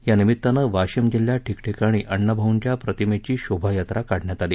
या निमित्तानं वाशिम जिल्ह्यात ठिकठिकाणी अण्णाभाऊंच्या प्रतिमेची शोभायात्रा काढण्यात आली